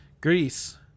Greece